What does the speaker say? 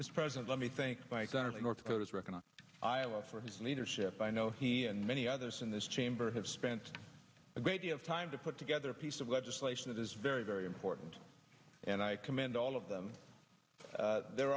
is present let me think of north korea's record in iowa for his leadership i know he and many others in this chamber have spent a great deal of time to put together a piece of legislation that is very very important and i commend all of them there